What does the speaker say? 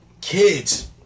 kids